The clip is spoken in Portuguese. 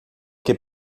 que